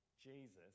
Jesus